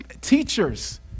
Teachers